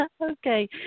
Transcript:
Okay